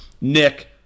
Nick